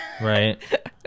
Right